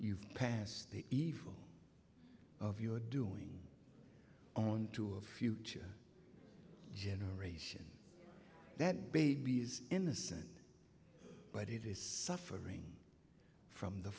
you've passed the evil of you're doing onto a future generation that baby is innocent but it is suffering from the